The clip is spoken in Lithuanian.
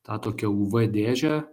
tą tokia uv dėžę